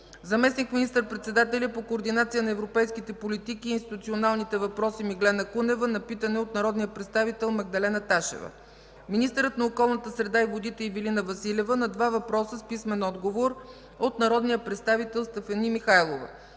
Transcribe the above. заместник министър-председателят по координация на европейските политики и институционалните въпроси Меглена Кунева – на питане от народния представител Магдалена Ташева; - министърът на околната среда и водите Ивелина Василева – на два въпроса с писмен отговор от народния представител Стефани Михайлова;